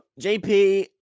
JP